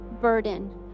burden